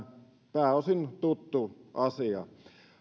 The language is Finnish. pääosin tuttu asia